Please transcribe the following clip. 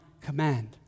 command